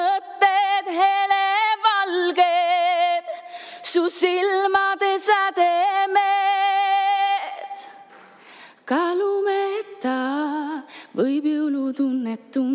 helevalged, su silmade sädemed. Ka lumeta võib jõulutunnet